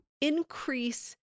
increase